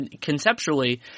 conceptually